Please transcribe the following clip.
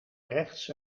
rechts